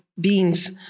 beings